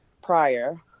prior